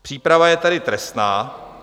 Příprava je tady trestná.